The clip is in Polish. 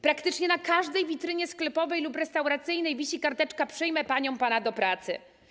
Praktycznie na każdej witrynie sklepowej lub restauracyjnej wisi karteczka „przyjmę panią / pana do pracy”